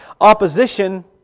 opposition